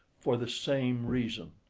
for the same reason,